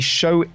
show